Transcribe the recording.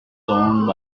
owned